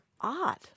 odd